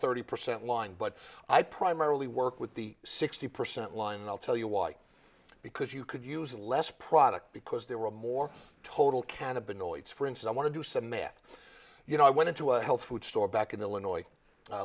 thirty percent line but i primarily work with the sixty percent line and i'll tell you why because you could use less product because they were more total cannabinoids for instance i want to do some math you know i went into a health food store back in illinois a